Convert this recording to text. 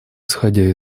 исходя